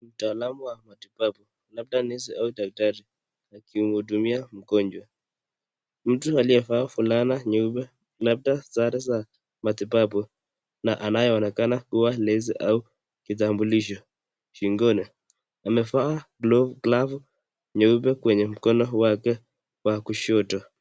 Mtaalamu wa matibabu, labda nesi au daktari akimhudumia mgonjwa. Mtu aliyevaa fulana nyeupe, labda sare za matibabu na anayeonekana kuwa nesi au kitambulisho shingoni, amevaa glavu nyeupe kwenye mkono wake wa kushoto.